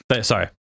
Sorry